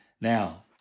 Now